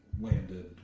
...landed